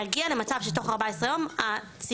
הם גובים אגרה שאתה משלם 2350$ על הטופס,